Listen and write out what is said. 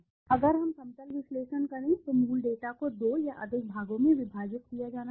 अगर हम समतल विश्लेषण करेंगे तो मूल डेटा को 2 या अधिक भागों में विभाजित किया जाना चाहिए